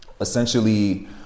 Essentially